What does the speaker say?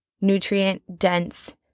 nutrient-dense